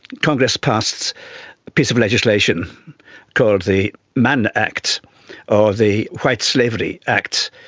congress passed a piece of legislation called the man act or the white slavery act,